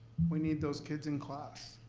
we need those kids in class.